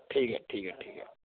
ठीक है ठीक है ठीक है